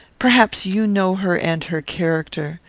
perhaps you know her and her character.